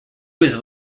was